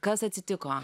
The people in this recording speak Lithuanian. kas atsitiko